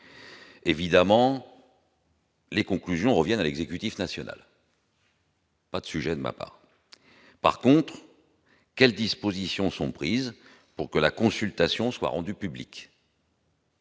évidemment. Les conclusions revient à l'exécutif national. Pas de sujet de ma part, par contre, quelles dispositions sont prises pour que la consultation soit rendue publique.